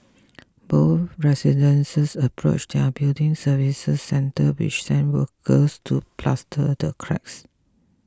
both residents approached their building services centre which sent workers to plaster the cracks